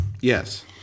Yes